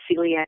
celiac